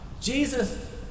Jesus